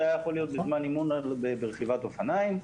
זה היה יכול להיות בזמן אימון ברכיבת אופניים.